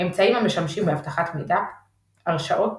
אמצעים המשמשים באבטחת מידע הרשאות